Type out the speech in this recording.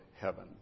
heaven